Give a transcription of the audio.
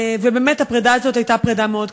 ובאמת, הפרידה הזאת הייתה פרידה מאוד קשה.